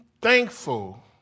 thankful